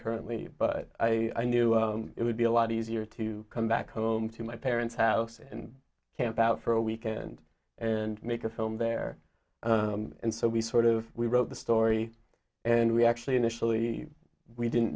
currently but i knew it would be a lot easier to come back home to my parents house and camp out for a weekend and make a film there and so we sort of we wrote the story and we actually initially we didn't